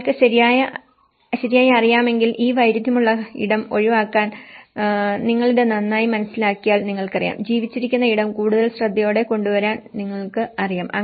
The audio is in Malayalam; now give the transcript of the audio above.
ഞങ്ങൾക്ക് ശരിയായി അറിയാമെങ്കിൽ ഈ വൈരുദ്ധ്യമുള്ള ഇടം ഒഴിവാക്കാൻ നിങ്ങൾ ഇത് നന്നായി മനസ്സിലാക്കിയാൽ നിങ്ങൾക്കറിയാം ജീവിച്ചിരിക്കുന്ന ഇടം കൂടുതൽ ശ്രദ്ധയോടെ കൊണ്ടുവരാൻ നിങ്ങൾക്കറിയാം